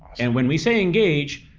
and when we say engage,